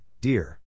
dear